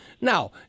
Now